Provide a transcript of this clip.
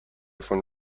von